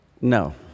No